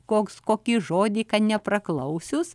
koks kokį žodį kad nepraklausius